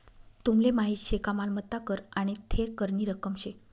तुमले माहीत शे का मालमत्ता कर आने थेर करनी रक्कम शे